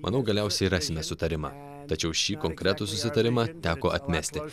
manau galiausiai rasime sutarimą tačiau šį konkretų susitarimą teko atmesti